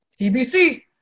TBC